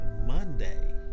Monday